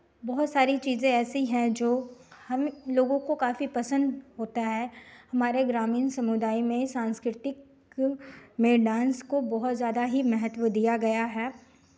बहुत सारी चीज़ें ऐसी हैं जो हम हम लोगों को काफ़ी पसंद होता है हमारे ग्रामीण समुदाय में सांस्कृतिक में डांस को बहुत ज़्यादा ही महत्व दिया गया है